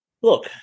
look